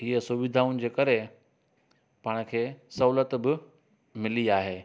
हीअ सुविधाऊं जे करे पाण खे सहुलियतु बि मिली आहे